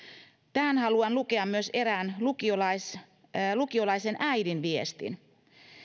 tähän haluan lukea myös erään lukiolaisen lukiolaisen äidin viestin